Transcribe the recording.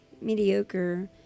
mediocre